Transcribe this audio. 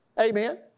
Amen